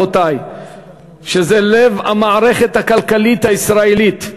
שהם לב המערכת הכלכלית הישראלית,